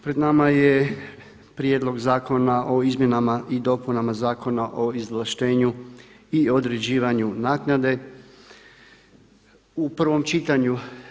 Pred nama je Prijedlog zakona o izmjenama i dopunama Zakona o izvlaštenju i određivanju naknade u prvom čitanju.